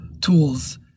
tools